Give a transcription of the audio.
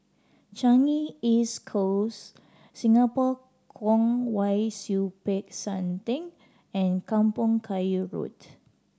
Changi East Close Singapore Kwong Wai Siew Peck San Theng and Kampong Kayu Road